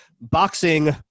boxing